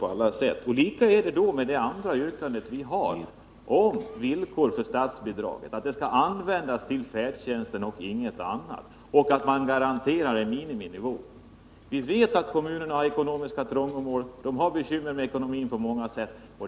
Vårt andra yrkande gäller att statsbidraget skall användas för färdtjänsten och inte för någonting annat och att kommunerna garanterar en miniminivå på färdtjänsten. Vi vet att många kommuner är i ekonomiska trångmål och har bekymmer med ekonomin på olika sätt.